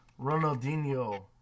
Ronaldinho